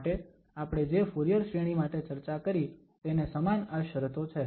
માટે આપણે જે ફુરીયર શ્રેણી માટે ચર્ચા કરી તેને સમાન આ શરતો છે